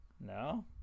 No